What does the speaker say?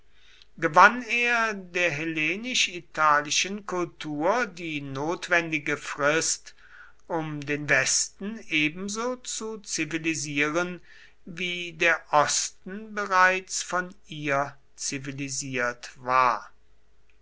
gewann er der hellenisch italischen kultur die nötige frist um den westen ebenso zu zivilisieren wie der osten bereits von ihr zivilisiert war